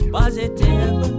positive